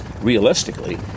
realistically